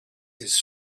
his